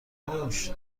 موش